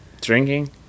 drinking